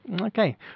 Okay